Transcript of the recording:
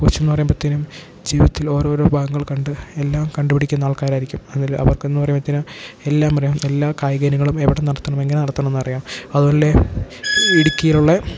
കോച്ചെന്ന് പറയുമ്പോഴ്ത്തേനും ജീവിതത്തിൽ ഓരോരോ ഭാഗങ്ങൾ കണ്ട് എല്ലാം കണ്ടുപിടിക്കുന്ന ആൾക്കാരായിരിക്കും അതിൽ അവർക്ക് എന്ന് പറയുമ്പോഴ്ത്തേനും എല്ലാം അറിയാം എല്ലാ കായിക ഇനങ്ങളും എവിടെ നടത്തണം എങ്ങനെ നടത്തണമെന്ന് അറിയാം അതുപോലെ ഇടുക്കിയിലുള്ള